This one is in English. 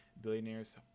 Billionaires